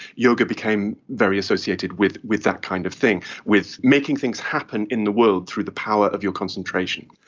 yoga became very associated with with that kind of thing, with making things happen in the world through the power of your concentration.